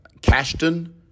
Cashton